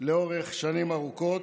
לאורך שנים ארוכות,